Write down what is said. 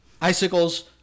icicles